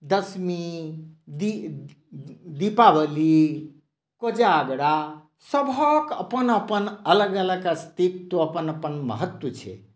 दशमी दीपावली कोजागरा सभक अपन अपन अलग अलग अस्तित्व अपन अलग अलग महत्व छै